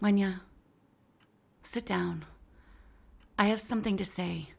when you sit down i have something to say